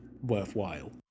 worthwhile